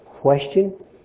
question